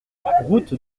route